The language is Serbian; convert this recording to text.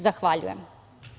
Zahvaljujem.